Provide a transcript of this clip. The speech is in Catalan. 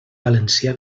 valencià